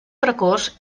precoç